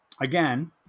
Again